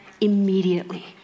Immediately